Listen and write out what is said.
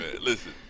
listen